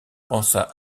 pensa